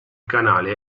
canale